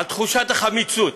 תחושת החמיצות.